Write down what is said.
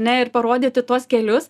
ne ir parodyti tuos kelius